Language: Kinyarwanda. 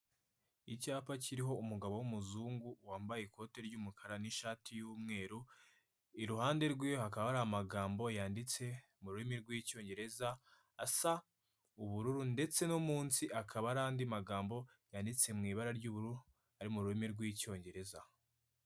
Icyapa kiriho umugabo w'umuzungu wambaye ikote ry'umukara n'ishati y'umweru, iruhande rwiwe hakaba hari amagambo yanditse mu rurimi rw'icyongereza asa ubururu ndetse no munsi hakaba hari andi magambo yanditse mw'ibara ry'ubururu ari mu rurimi rw'icyongereza.